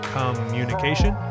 communication